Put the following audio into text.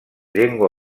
llengua